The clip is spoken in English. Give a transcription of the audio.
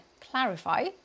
clarify